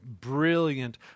brilliant